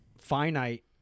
finite